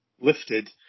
lifted